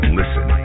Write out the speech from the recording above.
listen